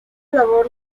labor